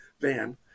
van